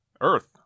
Earth